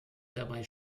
dabei